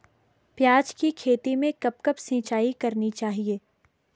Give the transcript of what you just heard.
प्याज़ की खेती में कब कब सिंचाई करनी चाहिये?